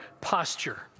posture